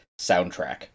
soundtrack